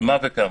מה וכמה.